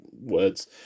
words